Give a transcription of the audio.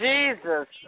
Jesus